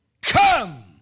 come